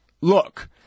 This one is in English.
look